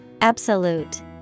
Absolute